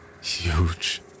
Huge